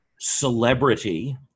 celebrity